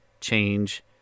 change